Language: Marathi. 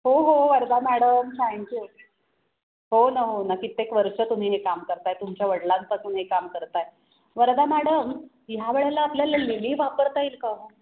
हो हो वरदा मॅडम थँक्यू हो ना हो ना कित्येक वर्ष तुम्ही हे काम करत आहे तुमच्या वडिलांपासून हे काम करत आहे वरदा मॅडम ह्या वेळेला आपल्याला लिली वापरता येईल का हो